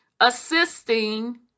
assisting